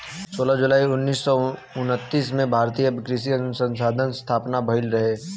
सोलह जुलाई उन्नीस सौ उनतीस में भारतीय कृषि अनुसंधान के स्थापना भईल रहे